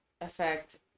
affect